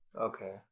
Okay